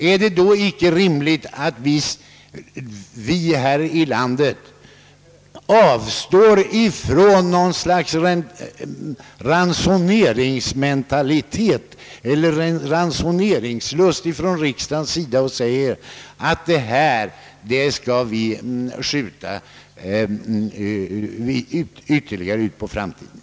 Är det då rimligt att riksdagen skulle ge sig in på något slags ransoneringslust som innebär att frågan ytterligare skjutes på framtiden?